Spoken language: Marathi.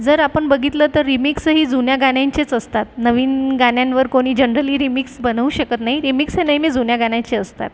जर आपण बघितलं तर रिमिक्सही जुन्या गाण्यांचेच असतात नवीन गाण्यांवर कोणी जनरली रिमिक्स बनवू शकत नाही रिमिक्सही नेहमी जुन्या गाण्यांचे असतात